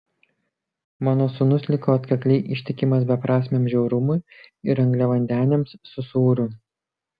mano sūnus liko atkakliai ištikimas beprasmiam žiaurumui ir angliavandeniams su sūriu